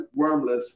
wormless